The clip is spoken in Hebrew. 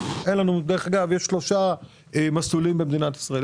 יש שלושה מסלולים במדינת ישראל.